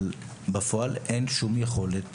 אבל בפועל אין שום יכולת